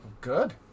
Good